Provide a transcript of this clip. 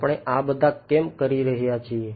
આપણે આ બધા કેમ કરી રહ્યા છીએ